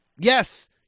yes